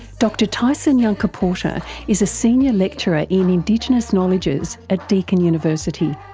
dr tyson yunkaporta is a senior lecturer in indigenous knowledges at deakin university.